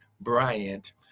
Bryant